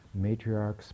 matriarchs